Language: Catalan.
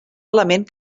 element